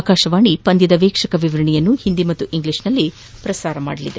ಆಕಾಶವಾಣಿ ಪಂದ್ಯದ ವೀಕ್ಷಕ ವಿವರಣೆಯನ್ನು ಹಿಂದಿ ಮತ್ತು ಇಂಗ್ಲೀಷ್ನಲ್ಲಿ ಪ್ರಸಾರ ಮಾಡಲಿದೆ